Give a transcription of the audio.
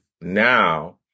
Now